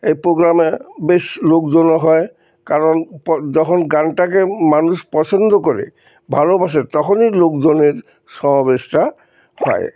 এই প্রোগ্রামে বেশ লোকজনও হয় কারণ যখন গানটাকে মানুষ পছন্দ করে ভালোবাসে তখনই লোকজনের সমাবেশটা হয়